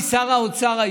האוצר,